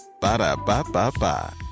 Ba-da-ba-ba-ba